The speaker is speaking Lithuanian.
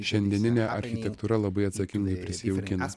šiandieninė architektūra labai atsakingai prisijaukina